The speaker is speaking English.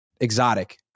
exotic